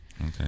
Okay